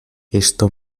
esto